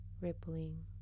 rippling